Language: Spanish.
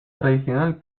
tradicional